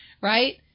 right